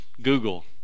Google